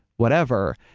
whatever,